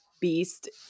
Beast